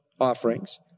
offerings